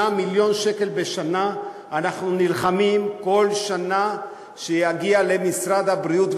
8 מיליון שקל בשנה אנחנו נלחמים כל שנה שיגיעו למשרד הבריאות,